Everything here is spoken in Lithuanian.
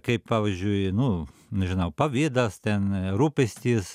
kaip pavyzdžiui nu nežinau pavydas ten rūpestis